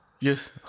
yes